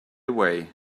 away